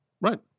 Right